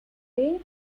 bay